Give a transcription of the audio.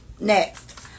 Next